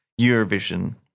Eurovision